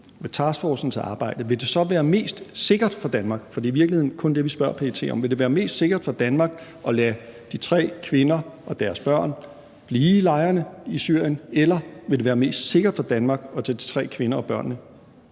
med taskforcens arbejde, vil det så være mest sikkert for Danmark – for det er i virkeligheden kun det, vi spørger PET om – at lade de tre kvinder og deres børn blive i lejrene i Syrien, eller vil det være mest sikkert for Danmark at tage de tre kvinder og børnene